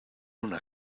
una